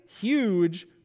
huge